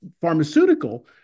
pharmaceutical